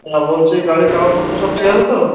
আর বলছি গাড়ির কাগজপত্র সব ঠিক আছে তো